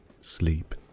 sleep